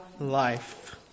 life